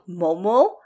Momo